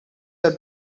are